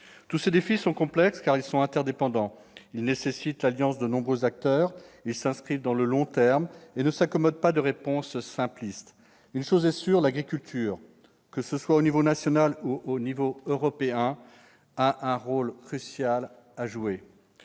Tous ces défis sont complexes, car ils sont interdépendants. Ils nécessitent l'alliance de nombreux acteurs, s'inscrivent dans le long terme et ne s'accommodent pas de réponses simplistes. Une chose est sûre : l'agriculture, que ce soit à l'échelon national ou au niveau européen, a un rôle crucial à jouer.